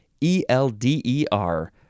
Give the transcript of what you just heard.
E-L-D-E-R